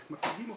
איך מציגים אותם.